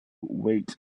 weight